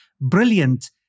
brilliant